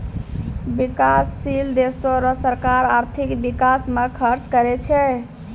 बिकाससील देसो रो सरकार आर्थिक बिकास म खर्च करै छै